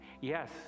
yes